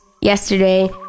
yesterday